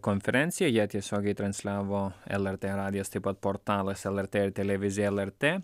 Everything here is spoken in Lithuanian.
konferenciją ją tiesiogiai transliavo lrt radijas taip pat portalas lrt televizija lrt